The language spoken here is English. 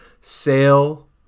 Sale